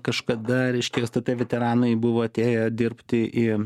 kažkada reiškia stt veteranai buvo atėję dirbti į